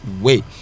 wait